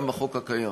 גם בחוק הקיים.